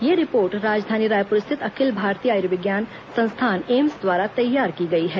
यह रिपोर्ट राजधानी रायपुर स्थित अखिल भारतीय आयुर्विज्ञान संस्थान एम्स द्वारा तैयार की गई है